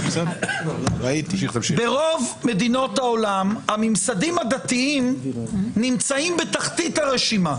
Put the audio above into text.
הסתייגות 189. ברוב מדינות העולם הממסדים הדתיים נמצאים בתחתית הרשימה,